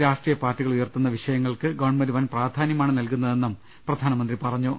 രാഷ്ട്രീയ പാർട്ടികൾ ഉയർത്തുന്ന വിഷയങ്ങൾക്ക് ഗവൺമെന്റ് വൻപ്രാധാന്യമാണ് നൽകുന്നതെന്നും പ്രധാനമന്ത്രി പറഞ്ഞു